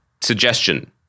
suggestion